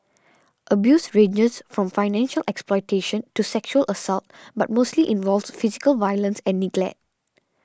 abuse ranges from financial exploitation to sexual assault but mostly involves physical violence and neglect